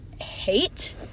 hate